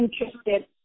interested